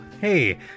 hey